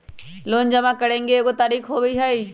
Loan जमा करेंगे एगो तारीक होबहई?